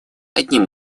одним